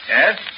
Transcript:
Yes